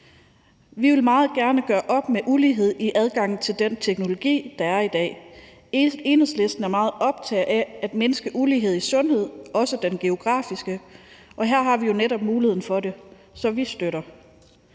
Vi vil meget gerne gøre op med ulighed i adgangen til den teknologi, der er i dag. Enhedslisten er meget optaget af at mindske ulighed i sundhed, også den geografiske, og her har vi jo netop muligheden for det. Så vi støtter